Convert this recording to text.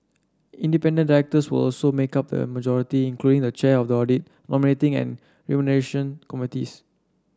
independent directors will also make up the majority including the chair of the audit nominating and committees